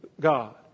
God